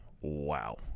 wow